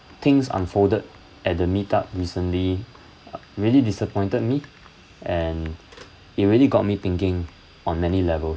things unfolded at the meet up recently uh really disappointed me and it really got me thinking on many levels